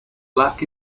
black